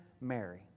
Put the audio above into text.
Mary